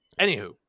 anywho